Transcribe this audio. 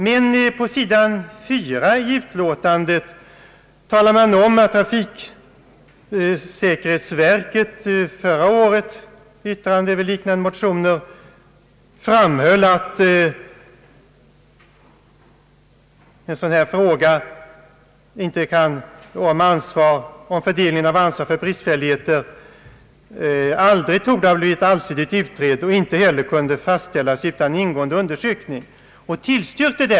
Men på s. 4 i utlåtandet talar man om att trafiksäkerhetsverket förra året i yttrande över liknande motioner framhöll att en sådan här fråga om fördelningen av ansvar för bristfälligheter aldrig torde ha blivit allsidigt utredd och inte heller kunde fastställas utan ingående undersökning.